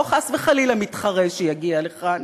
לא חס וחלילה מתחרה שיגיע לכאן,